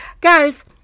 Guys